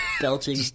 belching